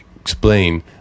explain